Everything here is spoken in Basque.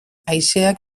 haizeak